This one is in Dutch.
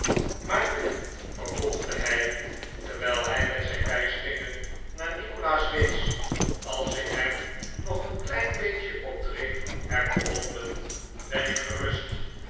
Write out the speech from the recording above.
maar nu vervolgde hij terwijl hij met zijn wijsvinger naar nikolaas wees als ik hem nog een klein beetje op dreef heb geholpen ben ik gerust